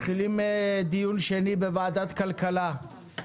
מתחילים דיון שני בוועדת כלכלה,